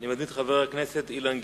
אני מזמין את חבר הכנסת אילן גילאון.